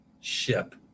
ship